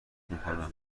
میکنم